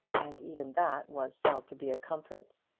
and even that was felt to be a comfort.